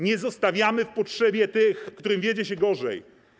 Nie zostawiamy w potrzebie tych, którym wiedzie się gorzej.